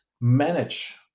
manage